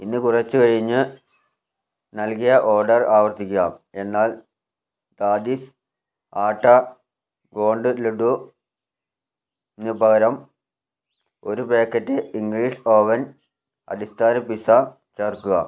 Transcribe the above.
ഇന്ന് കുറച്ചു കഴിഞ്ഞ് നൽകിയ ഓർഡർ ആവർത്തിക്കുക എന്നാൽ ദാദീസ് ആട്ട ഗോണ്ട് ലഡുവിന് പകരം ഒരു പാക്കറ്റ് ഇംഗ്ലീഷ് ഓവൻ അടിസ്ഥാന പിസ്സ ചേർക്കുക